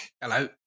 Hello